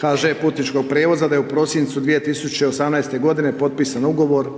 HŽ Putničkog prijevoza da je u prosincu 2018.-te godine potpisan Ugovor